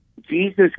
Jesus